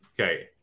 Okay